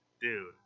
dude